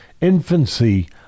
infancy